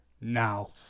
now